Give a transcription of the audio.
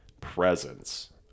presence